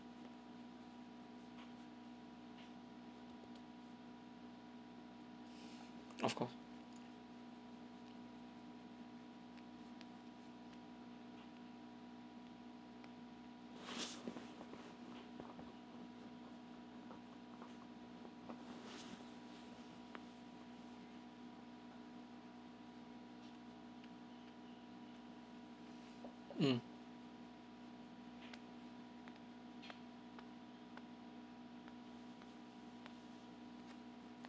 mm